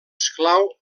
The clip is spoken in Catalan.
esclau